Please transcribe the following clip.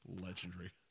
legendary